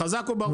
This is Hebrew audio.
חזק וברור.